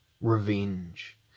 Revenge